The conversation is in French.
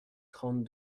trente